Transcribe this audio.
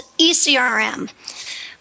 ECRM